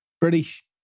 British